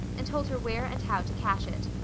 and told her where and how to cash it.